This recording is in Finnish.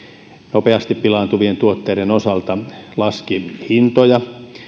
nopeasti pilaantuvien tuotteiden osalta laski hintoja